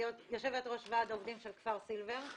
יושבת ראש וועד העובדים של כפר סילבר.